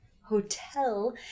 Hotel